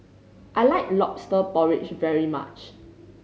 I like Lobster Porridge very much